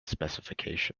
specification